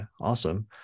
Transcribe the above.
Awesome